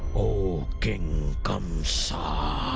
o king kamsa!